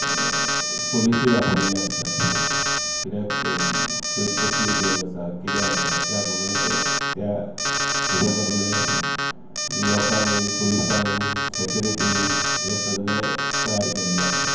पुलीसुय आफयल्ले आसतात कित्याक कसली गेम आसा कितें आसा त्या प्रमाणे त्या हेज्या प्रमाणे लोकांक पुलिसांक सेक्युरीटी हे सगलें तयार केल्ले आसता